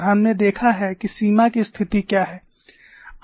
और हमने देखा है कि सीमा की स्थिति क्या है